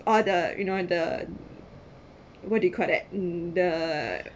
all the you know the what do you call that mm the